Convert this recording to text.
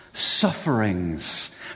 sufferings